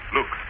Look